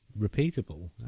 repeatable